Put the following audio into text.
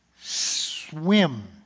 swim